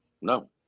no